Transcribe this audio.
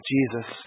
Jesus